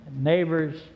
neighbors